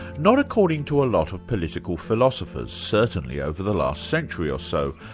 not according to a lot of political philosophers, certainly over the last century or so,